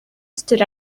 stood